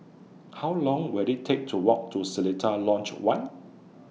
How Long Will IT Take to Walk to Seletar Lodge one